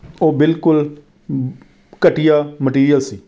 ਉਹ ਬਿਲਕੁਲ ਘਟੀਆ ਮਟੀਰੀਅਲ ਸੀ